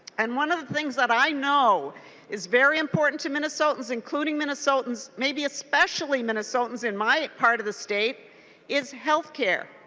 and one of the things that i know is very important to minnesotans including minnesotans may be especially minnesotans in my part of the state is healthcare.